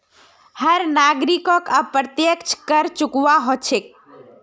हर नागरिकोक अप्रत्यक्ष कर चुकव्वा हो छेक